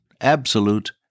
Absolute